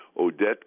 Odette